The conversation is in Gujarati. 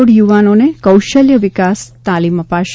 એક કરોડ યુવાનોને કૌશલ્ય વિકાસ તાલીમ અપાશે